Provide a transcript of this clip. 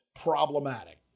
problematic